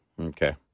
Okay